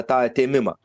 tą atėmimą